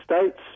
States